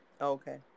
Okay